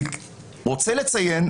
אני רוצה לציין,